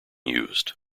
used